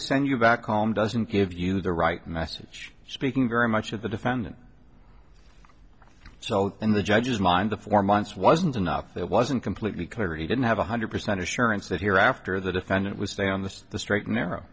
simply send you back home doesn't give you the right message speaking very much of the defendant so in the judge's mind the four months wasn't enough it wasn't completely clear he didn't have one hundred percent assurance that here after the defendant was stay on the straight and narrow